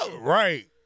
Right